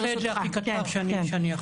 אני אעשה את זה הכי קצר שאני יכול.